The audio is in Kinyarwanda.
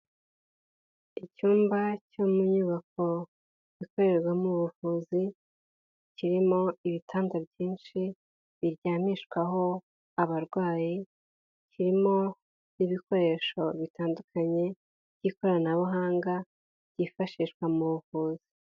Icyumba cyo mu nyubako ikorerwamo ubuvuzi, kirimo ibitanda byinshi biryamishwaho abarwayi, kirimo n'ibikoresho bitandukanye by'ikoranabuhanga byifashishwa mu buvuzi.